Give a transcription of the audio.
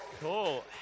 Cool